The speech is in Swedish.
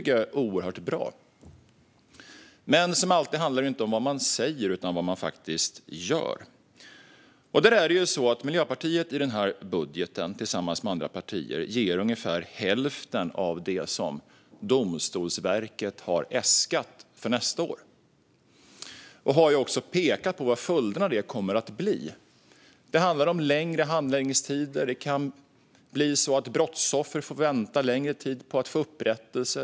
Det är oerhört bra. Men som alltid handlar det inte om vad man säger utan om vad man faktiskt gör. Miljöpartiet ger i den här budgeten, tillsammans med andra partier, ungefär hälften av det som Domstolsverket har äskat för nästa år. Jag har också pekat på vad följderna av detta kommer att bli. Det handlar om längre handläggningstider. Brottsoffer kan få vänta längre tid på att få upprättelse.